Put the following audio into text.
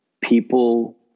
people